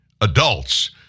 adults